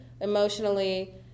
emotionally